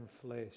flesh